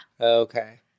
Okay